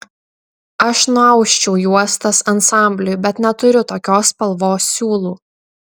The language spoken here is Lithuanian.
aš nuausčiau juostas ansambliui bet neturiu tokios spalvos siūlų